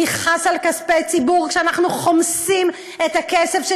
מי חס על כספי ציבור כשאנחנו חומסים את הכסף של